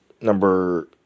number